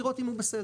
לראות אם הוא בסדר?